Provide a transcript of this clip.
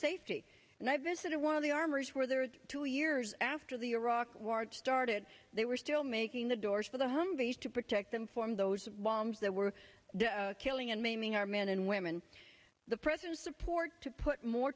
safety and i visited one of the armory where there was two years after the iraq war started they were still making the doors for the humvees to protect them from those bombs that were killing and maiming our men and women the president's support to put more